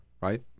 right